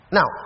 Now